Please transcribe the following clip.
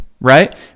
right